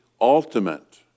ultimate